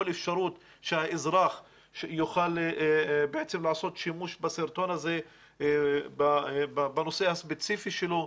אפשרות שהאזרח יוכל לעשות שימוש בסרטון הזה בנושא הספציפי שלו.